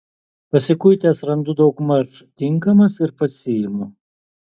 pasikuitęs randu daugmaž tinkamas ir pasiimu